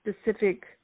specific